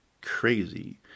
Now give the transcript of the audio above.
crazy